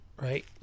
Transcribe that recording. Right